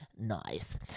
nice